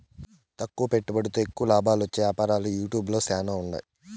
తక్కువ పెట్టుబడితో ఎక్కువ లాబాలొచ్చే యాపారాలు యూట్యూబ్ ల శానా ఉండాయి